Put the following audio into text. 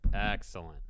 Excellent